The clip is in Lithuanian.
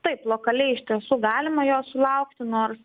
taip lokaliai iš tiesų galima jos sulaukti nors